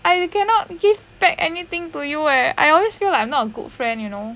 I cannot give back anything to you eh I always feel like I'm not a good friend you know